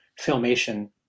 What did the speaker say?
Filmation